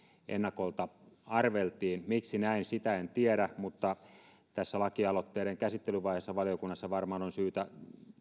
ennakolta arveltiin miksi näin sitä en tiedä mutta näiden lakialoitteiden käsittelyvaiheessa valiokunnassa varmaan on syytä